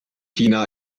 china